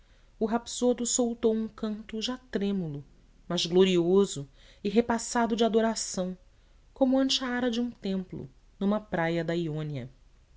o rapsodo soltou um canto já trêmulo mas glorioso e repassado de adoração como ante a ara de um templo numa praia da jônia